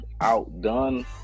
outdone